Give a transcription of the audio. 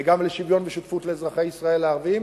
וגם לשוויון ולשותפות עם אזרחי ישראל הערבים.